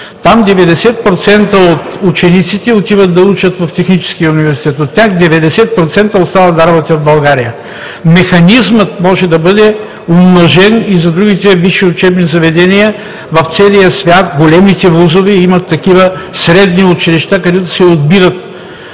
Там 90% от учениците отиват да учат в Техническия университет. От тях 90% остават да работят в България. Механизмът може да бъде умножен и за другите висши учебни заведения. В целия свят големите ВУЗ-ове имат такива средни училища, където се отбират